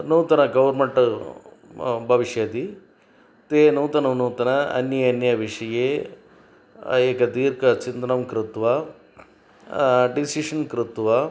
नूतन गौर्मेण्ट भविष्यति ते नूतनं नूतनम् अन्य अन्य विषये एकं दीर्घं चिन्तनं कृत्वा डिसिशन् कृत्वा